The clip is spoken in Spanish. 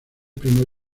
primer